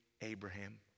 Abraham